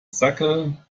sackerl